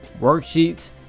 worksheets